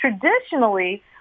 traditionally—